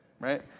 right